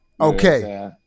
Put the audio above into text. Okay